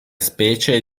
specie